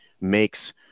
makes